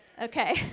Okay